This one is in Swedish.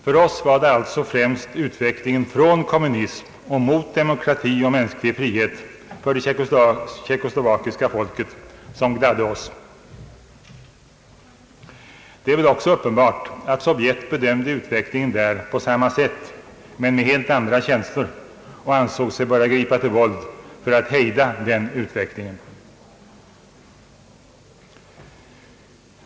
För oss var det alltså främst utvecklingen från kommunism och mot demokrati och mänsklig frihet för tjeckoslovakiska folket som gladde oss. Det är väl också uppenbart att Sovjet bedömde utvecklingen på samma sätt men med helt andra känslor och ansåg sig böra gripa till våld för att hejda den utvecklingen.